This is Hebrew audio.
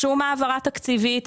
שום העברה תקציבית,